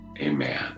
Amen